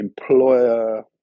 Employer